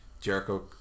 Jericho